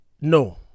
no